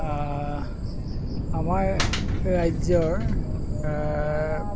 আমাৰ ৰাজ্যৰ